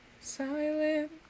silent